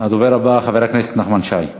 הדובר הבא, חבר הכנסת נחמן שי.